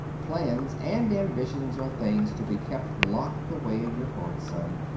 plans and ambitions are things to be kept locked away in your heart, son,